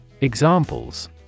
Examples